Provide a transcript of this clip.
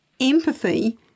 empathy